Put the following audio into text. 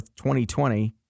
2020